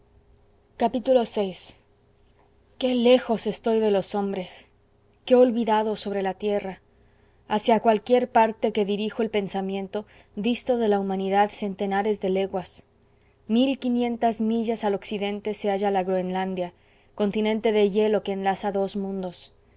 realidad vi qué lejos estoy de los hombres qué olvidado sobre la tierra hacia cualquier parte que dirijo el pensamiento disto de la humanidad centenares de leguas mil quinientas millas al occidente se halla la groenlandia continente de hielo que enlaza dos mundos